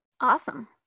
Awesome